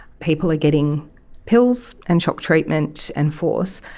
people are getting pills and shock treatment and force,